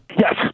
Yes